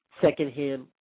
secondhand